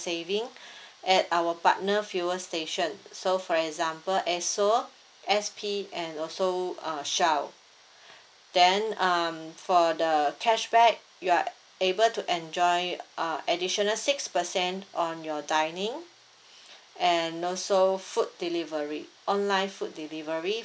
savings at our partner fuel station so for example E_S_S_O S_P and also err Shell then um for the cashback you are able to enjoy uh additional six percent on your dining and also food delivery online food delivery